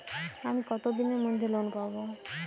আমি কতদিনের মধ্যে লোন পাব?